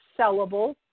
sellable